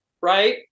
right